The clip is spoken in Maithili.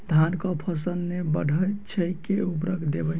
धान कऽ फसल नै बढ़य छै केँ उर्वरक देबै?